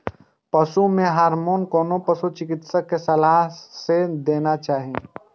पशु मे हार्मोन कोनो पशु चिकित्सक के सलाह सं देना चाही